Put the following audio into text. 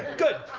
good.